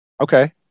Okay